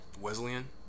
Wesleyan